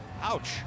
Ouch